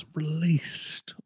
released